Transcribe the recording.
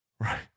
Right